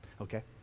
okay